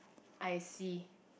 I see